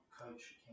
coach